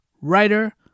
writer